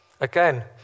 Again